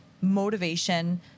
motivation